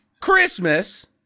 Christmas